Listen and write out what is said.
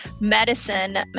medicine